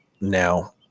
now